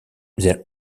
their